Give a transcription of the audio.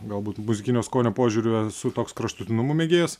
galbūt muzikinio skonio požiūriu esu toks kraštutinumų mėgėjas